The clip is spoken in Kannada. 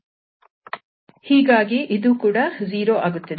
ಹೀಗಾಗಿ ಇದೂ ಕೂಡ 0 ಆಗುತ್ತದೆ